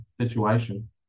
situation